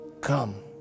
Come